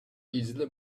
easily